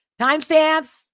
timestamps